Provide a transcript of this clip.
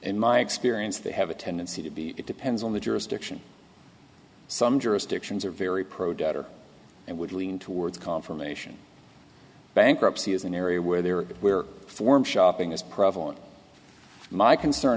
in my experience they have a tendency to be it depends on the jurisdiction some jurisdictions are very pro daughter i would lean towards confirmation bankruptcy is an area where their form shopping is prevalent my concern